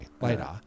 later